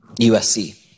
USC